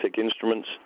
instruments